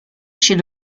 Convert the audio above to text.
chez